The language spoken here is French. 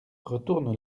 retourne